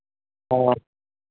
हाँ